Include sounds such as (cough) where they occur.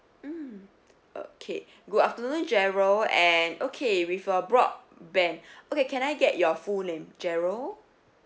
mm okay good afternoon gerald and okay with your broadband (breath) okay can I get your full name gerald